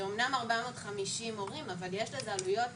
זה אמנם 450 מורים אבל יש לזה עלויות